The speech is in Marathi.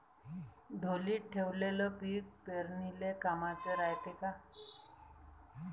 ढोलीत ठेवलेलं पीक पेरनीले कामाचं रायते का?